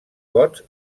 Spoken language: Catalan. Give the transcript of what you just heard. gots